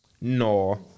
No